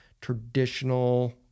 traditional